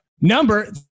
Number